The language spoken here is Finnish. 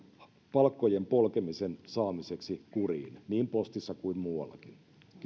palkkojen polkemisen saamiseksi kuriin niin postissa kuin muuallakin